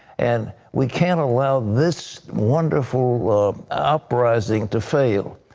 and we can't allow this wonderful uprising to fail.